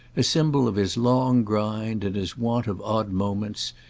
a symbol of his long grind and his want of odd moments,